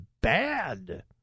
bad